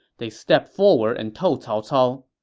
they stepped forward and told cao cao,